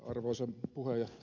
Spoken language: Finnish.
arvoisa puhemies